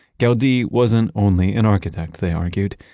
gaudi wasn't only an architect they argued,